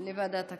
לוועדת הכספים.